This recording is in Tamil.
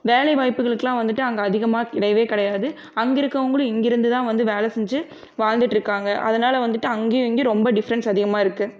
வேலைவாய்ப்புகளுக்கெலாம் வந்துட்டு அங்கே அதிகமாக கிடையவே கிடையாது அங்கிருக்கவங்களும் இங்கிருந்துதான் வந்து வேலை செஞ்சு வாழ்ந்துகிட்டுருக்காங்க அதனால் வந்துட்டு அங்கேயும் இங்கேயும் ரொம்ப டிஃப்ரென்ஸ் அதிகமாக இருக்குது